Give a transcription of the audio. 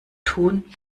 tun